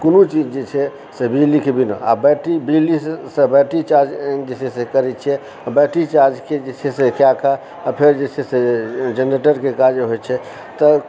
कोनो चीज जे छै से बिजलीके बिना आ बैटरी बिजली से जे छै से बैट्री जे छै से चार्ज करय छियै आ बैट्री चार्ज जे छै से कए कऽ आ फेर जे छै से जेनरेटरके काज होइ छै